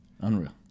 Unreal